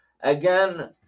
Again